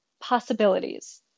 possibilities